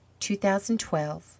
2012